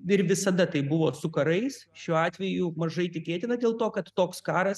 ir visada tai buvo su karais šiuo atveju mažai tikėtina dėl to kad toks karas